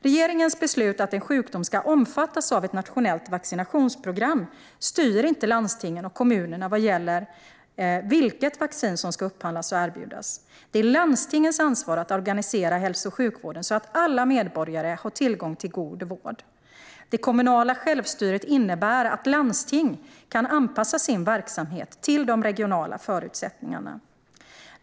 Regeringens beslut att en sjukdom ska omfattas av ett nationellt vaccinationsprogram styr inte landstingen och kommunerna vad gäller vilket vaccin som ska upphandlas och erbjudas. Det är landstingens ansvar att organisera hälso och sjukvården så att alla medborgare har tillgång till god vård. Det kommunala självstyret innebär att landsting kan anpassa sin verksamhet till de regionala förutsättningarna.